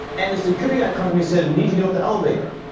and the security yeah company said we need to get off the elevator.